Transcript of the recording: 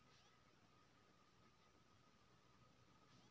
पौधा में सूक्ष्म पोषक तत्व केना कोन होय छै?